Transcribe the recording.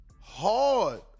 hard